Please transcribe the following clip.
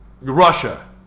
Russia